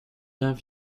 have